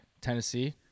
Tennessee